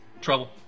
trouble